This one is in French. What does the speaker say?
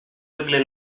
régler